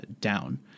down